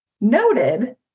noted